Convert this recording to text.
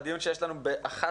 בדיון שיש לנו ב-13:30,